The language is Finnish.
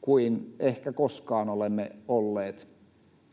kuin ehkä koskaan olemme olleet.